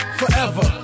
forever